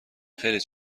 خیلی